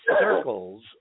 circles